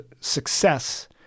success